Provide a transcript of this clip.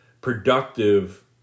productive